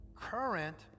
current